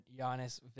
Giannis